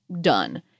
done